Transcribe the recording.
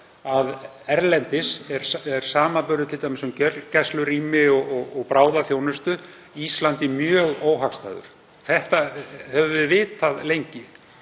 að erlendis er samanburður á t.d. gjörgæslurýmum og bráðaþjónustu Íslandi mjög óhagstæður. Þetta höfum við vitað lengi.